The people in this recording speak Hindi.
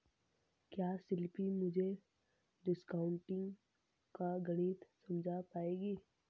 क्या शिल्पी मुझे डिस्काउंटिंग का गणित समझा पाएगी?